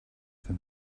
them